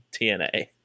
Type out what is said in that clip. TNA